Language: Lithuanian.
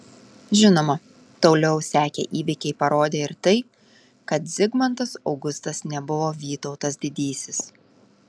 žinoma toliau sekę įvykiai parodė ir tai kad zigmantas augustas nebuvo vytautas didysis